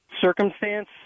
circumstance